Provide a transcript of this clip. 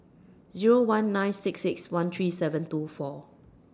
Zero one nine six six one three seven two four